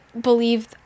believe